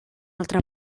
altra